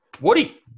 Woody